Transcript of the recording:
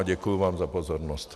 Děkuji vám za pozornost.